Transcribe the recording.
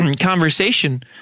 conversation